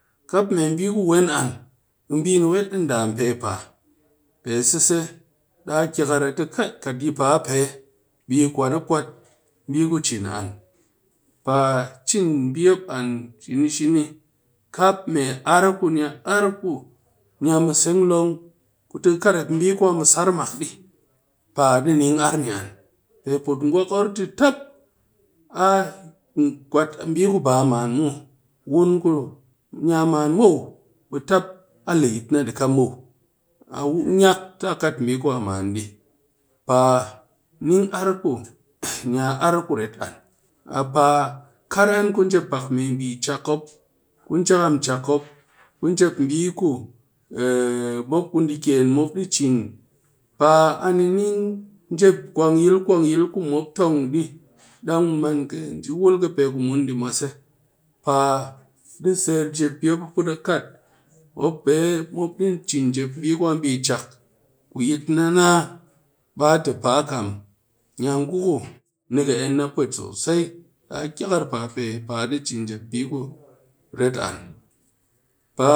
Kap mee bii ku ween an, ɓe bii weet di dampe paa, pe sɨse, daa kyakar a te, kat yi paa pe ɓe yi kwan a kwat bii ku cin an. Paa cin bii mop an shini shini, kap mee ar ku ni a ar ku ni a mɨ seng long ku tɨ a kat rep bii ku a mɨ sar mak di, paa di ning ar ni an, pe put gwak or te tap a kwat bii ku ba a man muw, wun ku ni a man muw, ɓe tap a le yit na dika muw, a niyak ta kat bii ku a man di. Paa ning ar ku ni a ar ku ret an, a paa kar an ku rep pak bii chak mop, ku jakam chak mop, ku jep bii ku mop ku di kyenmop di cin. Paa a ni ning jep kwang yil, kwang yil ku mop tomg ji dang mu man kɨ ji wul khi npee ku mun di mwase. Paa di serep jep bii, a put a kat, mop pee mop di cin jep bii ku a bii chak ku yit na naa, ɓe a te paa kam, ni a ngu ku ni khi enn pwetsosai, a kyakar paa pe paa di cin jep bii ku ret an pa.